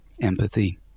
Empathy